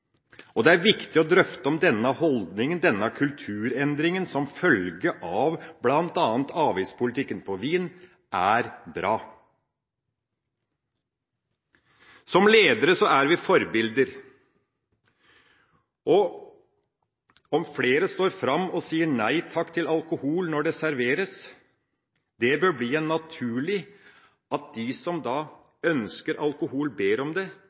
Det er viktig å drøfte om denne holdningen, denne kulturendringen – som følge av bl.a. avgiftspolitikken for vin – er bra. Som ledere er vi forbilder. At flere står fram og sier nei takk til alkohol når det serveres, bør bli naturlig, og at de som da ønsker alkohol, ber om det,